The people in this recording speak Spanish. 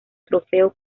trofeo